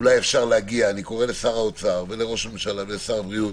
אני קורא לשר האוצר, לראש הממשלה ולשר הבריאות